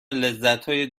لذتهای